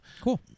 Cool